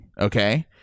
okay